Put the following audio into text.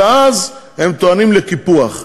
ואז הם טוענים לקיפוח.